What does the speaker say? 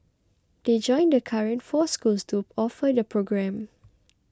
they join the current four schools to offer the programme